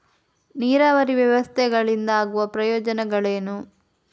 ನೀರಾವರಿ ವ್ಯವಸ್ಥೆಗಳಿಂದ ಆಗುವ ಪ್ರಯೋಜನಗಳೇನು?